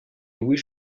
louis